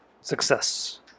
Success